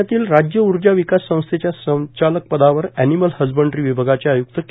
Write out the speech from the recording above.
पुण्यातील राज्य ऊर्जा विकास संस्थेच्या संचालक पदावर एनीमल हजबंडरी विभागाचे आय्क्त के